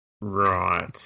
Right